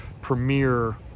premier